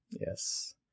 Yes